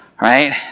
Right